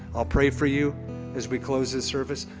i'll pray for you as we close this service.